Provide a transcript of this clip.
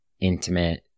intimate